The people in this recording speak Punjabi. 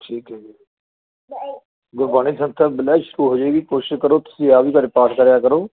ਠੀਕ ਹੈ ਜੀ ਗੁਰਬਾਣੀ ਸੰਥਿਆ ਮਿਲਣੀ ਸ਼ੁਰੂ ਹੋ ਜਾਏਗੀ ਕੋਸ਼ਿਸ਼ ਕਰੋ ਤੁਸੀਂ ਆਹ ਵੀ ਘਰੇ ਪਾਠ ਕਰਿਆ ਕਰੋ